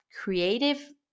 creative